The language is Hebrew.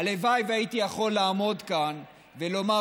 הלוואי שהייתי יכול לעמוד כאן ולומר